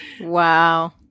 Wow